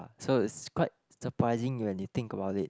so it's quite surprising when you think about it